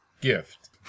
gift